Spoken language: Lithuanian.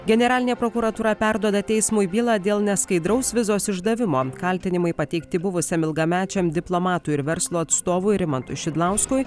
generalinė prokuratūra perduoda teismui bylą dėl neskaidraus vizos išdavimo kaltinimai pateikti buvusiam ilgamečiam diplomatų ir verslo atstovui rimantui šidlauskui